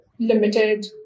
limited